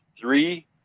three